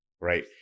right